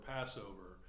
Passover